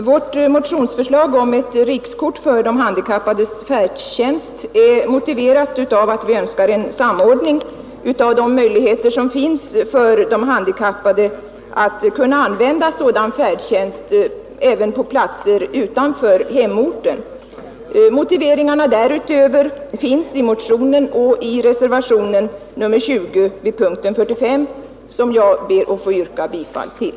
Fru talman! Vår motion om ett rikskort för de handikappades färdtjänst är motiverad av att vi önskar en samordning av de möjligheter som finns för de handikappade att kunna använda sådan färdtjänst även på platser utanför hemorten. Motiveringarna därutöver finns i motionen och i reservationen 20 vid punkten 45, som jag ber att få yrka bifall till.